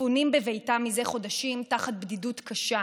ספונים בביתם מזה חודשים תחת בדידות קשה.